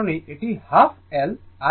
এই কারণেই এটি হাফ L Im 2